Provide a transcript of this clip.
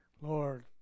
Lord